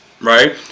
right